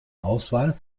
auswahl